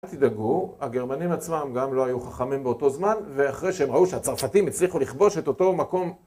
תדאגו, הגרמנים עצמם גם לא היו חכמים באותו זמן, ואחרי שהם ראו שהצרפתים הצליחו לכבוש את אותו מקום